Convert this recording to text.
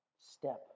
step